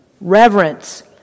Reverence